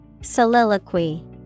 Soliloquy